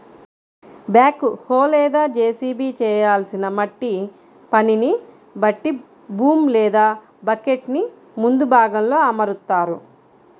back హో లేదా JCB చేయాల్సిన మట్టి పనిని బట్టి బూమ్ లేదా బకెట్టుని ముందు భాగంలో అమరుత్తారు